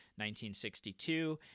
1962